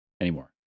anymore